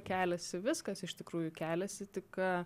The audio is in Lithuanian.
keliasi viskas iš tikrųjų keliasi tik